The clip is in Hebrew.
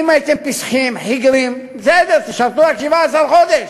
אם הייתם פיסחים, חיגרים, בסדר, תשרתו רק 17 חודש.